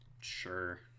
sure